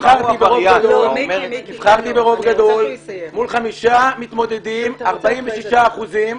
נבחרתי ברוב גדול מול חמישה מתמודדים, 46 אחוזים,